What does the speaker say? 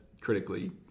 critically